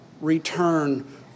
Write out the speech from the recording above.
return